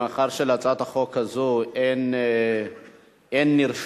מאחר שלהצעת החוק הזו אין נרשמים,